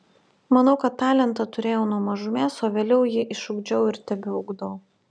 manau kad talentą turėjau nuo mažumės o vėliau jį išugdžiau ir tebeugdau